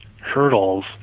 hurdles